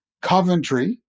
Coventry